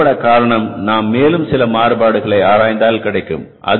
இது ஏற்பட காரணம் நாம் மேலும் சில மாறுபாடுகளை ஆராய்ந்தால் கிடைக்கும்